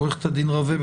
עו"ד רווה,